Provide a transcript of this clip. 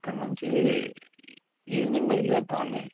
ఇక్కడ నుంచి ఈవెనింగ్ బయలుదేరతాంమండి